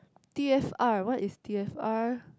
T_F_R what is T_F_R